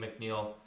McNeil